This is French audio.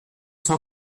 cent